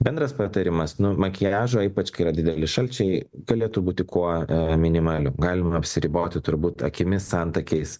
bendras patarimas nu makiažo ypač kai yra dideli šalčiai galėtų būti kuo minimaliau galima apsiriboti turbūt akimis antakiais